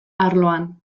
arloan